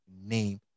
name